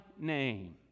name